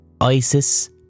ISIS